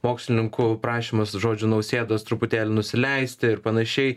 mokslininkų prašymas žodžiu nausėdos truputėlį nusileisti ir panašiai